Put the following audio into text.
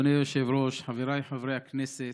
אדוני היושב-ראש, חבריי חברי הכנסת,